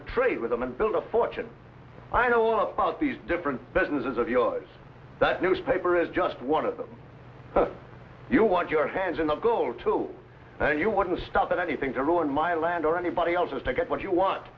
to trade with them and build a fortune i know all about these different businesses of yours that newspaper is just one of them you want your hands on the go to and you want to stop at anything to ruin my land or anybody else to get what you want